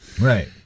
Right